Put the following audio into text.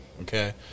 okay